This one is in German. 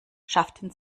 schafften